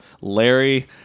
Larry